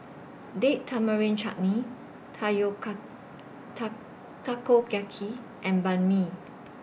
Date Tamarind Chutney Takoyaki and Banh MI